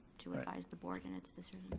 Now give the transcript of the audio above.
to advise the board in its decision.